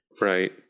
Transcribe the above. Right